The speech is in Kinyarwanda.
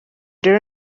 rero